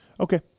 okay